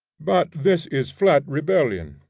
but this is flat rebellion.